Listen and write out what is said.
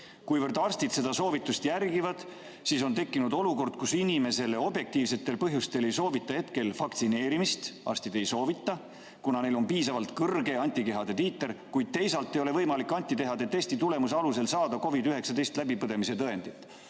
Kuivõrd arstid seda soovitust järgivad, siis on tekkinud olukord, kus inimesele objektiivsetel põhjustel ei soovitata hetkel vaktsineerimist – arstid ei soovita –, kuna neil on piisavalt kõrge antikehade tiiter, kuid teisalt ei ole võimalik antikehatesti tulemuse alusel saada COVID‑19 läbipõdemise tõendit.